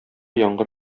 яңгыр